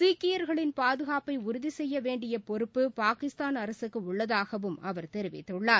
சீக்கியர்களின் பாதுகாப்பை உறுதி செய்ய வேண்டிய பொறுப்பு பாகிஸ்தான் அரசுக்கு உள்ளதாகவும் அவர் தெரிவித்துள்ளார்